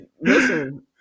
Listen